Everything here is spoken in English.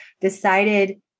decided